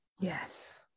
Yes